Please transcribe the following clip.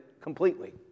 completely